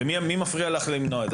מי מפריע לך למנוע את זה,